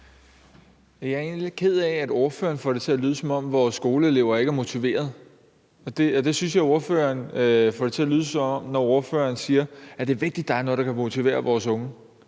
Jeg er egentlig lidt ked af, at ordføreren får det til at lyde, som om vores skoleelever ikke er motiveret, og det synes jeg ordføreren får det til at lyde som om, når ordføreren siger, at det er vigtigt, at der er noget, der kan motivere vores unge.